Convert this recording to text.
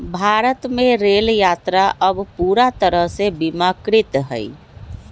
भारत में रेल यात्रा अब पूरा तरह से बीमाकृत हई